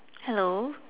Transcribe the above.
hello